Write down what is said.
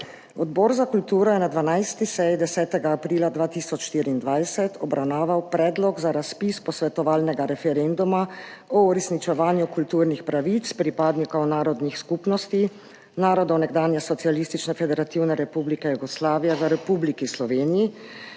Odbor za kulturo je na 12. seji 10. aprila 2024 obravnaval Predlog za razpis posvetovalnega referenduma o Predlogu zakona o uresničevanju kulturnih pravic pripadnikov narodnih skupnosti narodov nekdanje Socialistične federativne republike Jugoslavije v Republiki Sloveniji,